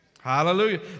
hallelujah